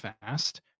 fast